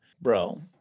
bro